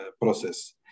process